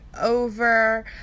over